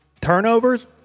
turnovers